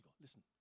listen